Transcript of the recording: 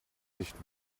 nicht